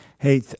Hey